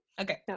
okay